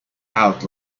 out